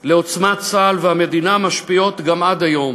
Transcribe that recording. על עוצמת צה"ל והמדינה משפיעות גם עד היום.